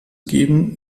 geben